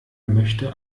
möchte